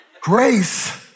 Grace